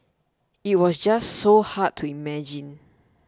it was just so hard to imagine